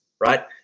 right